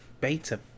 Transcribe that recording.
beta